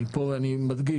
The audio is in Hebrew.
אבל פה אני מדגיש,